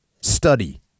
study